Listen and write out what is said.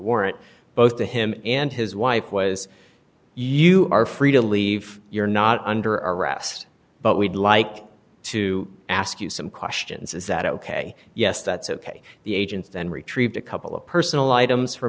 warrant both to him and his wife was you are free to leave you're not under arrest but we'd like to ask you some questions is that ok yes that's ok the agents then retrieved a couple of personal items f